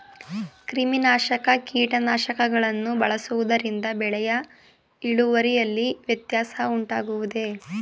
ಕ್ರಿಮಿನಾಶಕ ಕೀಟನಾಶಕಗಳನ್ನು ಬಳಸುವುದರಿಂದ ಬೆಳೆಯ ಇಳುವರಿಯಲ್ಲಿ ವ್ಯತ್ಯಾಸ ಉಂಟಾಗುವುದೇ?